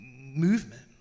movement